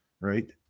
right